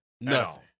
No